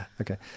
Okay